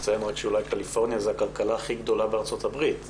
נציין רק שאולי קליפורניה זו הכלכלה הכי גדולה בארצות הברית.